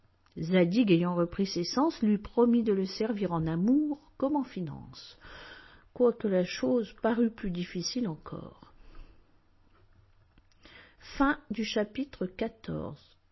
ayant repris ses sens lui promit de le servir en amour comme en finance quoique la chose parût plus difficile encore